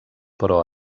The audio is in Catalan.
però